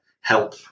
help